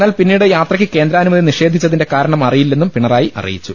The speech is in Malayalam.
എന്നാൽ പിന്നീട് യാത്രക്ക് കേന്ദ്രാനുമതി നിഷേധിച്ചതിന്റെ കാരണം അറിയില്ലെന്നും പിണ റായി അറിയിച്ചു